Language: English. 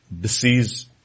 disease